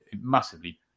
massively